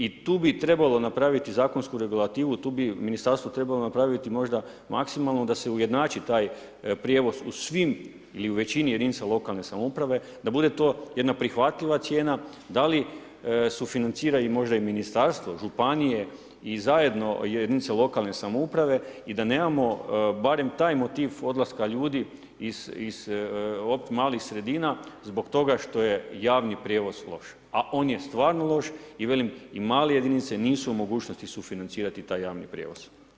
I tu bi trebalo napraviti zakonsku regulativu, tu bi Ministarstvo trebalo napraviti možda maksimalno da se ujednači taj prijevoz u svim ili u većini jedinica lokalne samouprave, da bude to jedna prihvatljiva cijena, da li sufinancira možda i ministarstvo, županije i zajedno jedinice lokalne samouprave i da nemamo barem taj motiv odlaska ljudi iz optimalnih sredina zbog toga što je javni prijevoz loš, a on je stvarno loš i velim, male jedinice nisu u mogućnosti sufinancirati taj javni prijevoz.